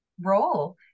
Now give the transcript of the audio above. role